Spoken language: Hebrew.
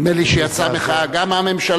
נדמה לי שיצאה מחאה גם מהממשלה,